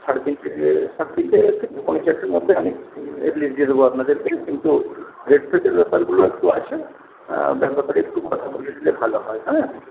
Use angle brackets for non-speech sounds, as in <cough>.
<unintelligible> মধ্যে আমি দিয়ে দেবো আপনাদেরকে কিন্তু <unintelligible> ব্যাপারগুলো একটু আছে <unintelligible> একটু কথা বলে নিলে ভালো হয় হ্যাঁ